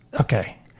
okay